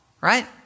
right